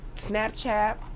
Snapchat